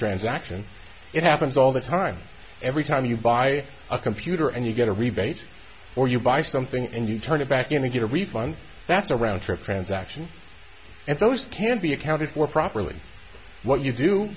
transaction it happens all the time every time you buy a computer and you get a rebate or you buy something and you turn it back in to get a refund that's a round trip transaction and those can be accounted for properly what you do